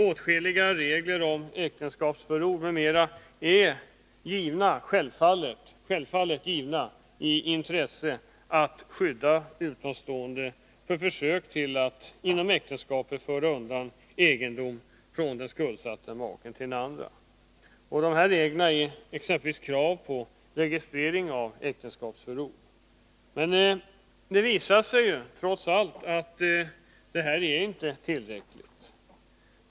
Åtskilliga regler om äktenskapsförord m.m. är självfallet motiverade av intresset att skydda utomstående mot försök att inom äktenskapet föra undan egendom från den skuldsatta maken till den andra. Sådana regler är exempelvis krav på registrering av äktenskapsförord. Men det visar sig att det trots allt inte är tillräckligt.